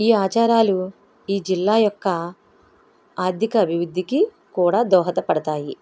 ఈ ఆచారాలు ఈ జిల్లా యొక్క ఆర్థిక అభివృద్ధికి కూడా దోహదపడతాయి